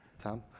tom?